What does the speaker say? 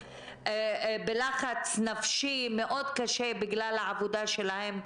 בלחץ נפשי קשה מאוד בגלל העבודה שלהם,